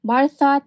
Martha